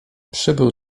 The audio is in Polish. przybył